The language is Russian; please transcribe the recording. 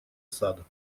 сада